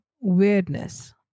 weirdness